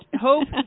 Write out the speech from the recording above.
Hope